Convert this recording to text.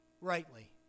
rightly